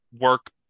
work